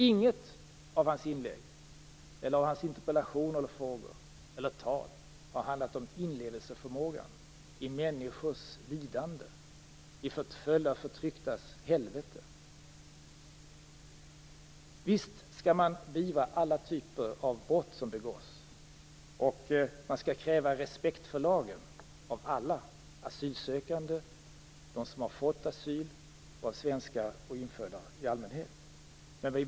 Inga av hans inlägg, interpellationer, frågor eller tal har handlat om inlevelseförmåga i människors lidande, i förföljdas och förtrycktas helvete. Visst skall man beivra alla typer av brott som begås, och man skall kräva respekt för lagen av alla, av asylsökande, av dem som har fått asyl och av svenskar och infödda i allmänhet.